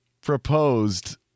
proposed